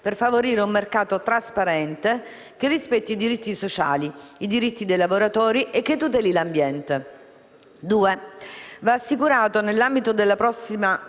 per favorire un mercato trasparente che rispetti i diritti sociali, i diritti dei lavoratori e tuteli l'ambiente. Nell'ambito della prossima